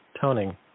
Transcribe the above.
toning